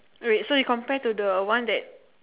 red so you compared to the one that